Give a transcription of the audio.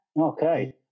Okay